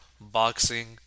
boxing